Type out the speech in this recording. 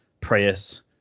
Prius